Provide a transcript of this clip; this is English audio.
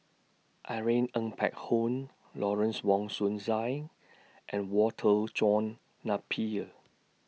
Irene Ng Phek Hoong Lawrence Wong Shyun Tsai and Walter John Napier